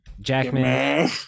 Jackman